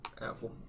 Apple